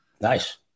Nice